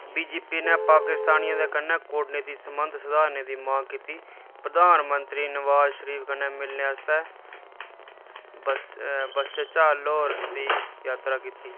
बी J P ने पाकिस्तानियें दे कन्नै कूटनीति संबंध सधारने दी मांग कीती प्रधानमंत्री नवाज शरीफ कन्नै मिलने आस्तै बस बस्सै च लहौर दी जात्तरा कीती